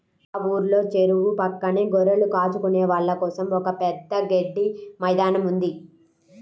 మా ఊర్లో చెరువు పక్కనే గొర్రెలు కాచుకునే వాళ్ళ కోసం ఒక పెద్ద గడ్డి మైదానం ఉంది